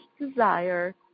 desire